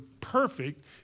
perfect